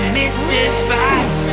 mystifies